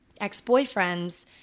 ex-boyfriends